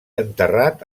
enterrat